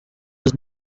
was